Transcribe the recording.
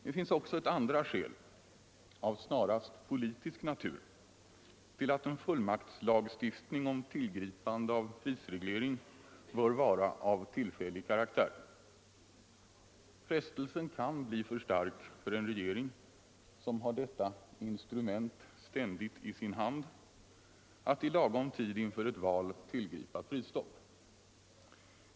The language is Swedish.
Det finns även ett andra skäl av snarast politisk natur till att en full Nr 139 sReEtelögstitntR om HEpreande av Prsreglenng bör vara av SiUTRINR Tisdagen den karaktär. Frestelsen kan bli för stark för en regering som har detta in 10 december 1974 strument ständigt i sin hand att i lagom tid inför ett val tillgripa prisstopp.